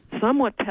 somewhat